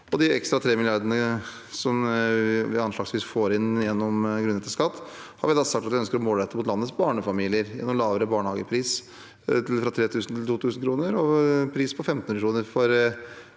ekstra 3 mrd. kr som vi får inn gjennom grunnrenteskatt, har vi sagt at vi ønsker å målrette mot landets barnefamilier gjennom lavere barnehagepris – fra 3 000 kr til 2 000 kr, og en pris på 1 500 kr for